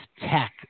tech